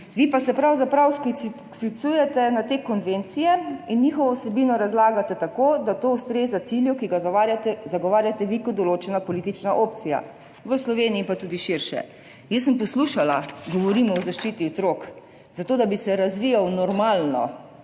Vi pa se pravzaprav sklicujete na te konvencije in njihovo vsebino razlagate tako, da to ustreza cilju, ki ga zagovarjate vi kot določena politična opcija, v Sloveniji in tudi širše. Jaz sem poslušala, govorimo o zaščiti otrok, zato da bi se razvijal normalno,